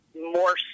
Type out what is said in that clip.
more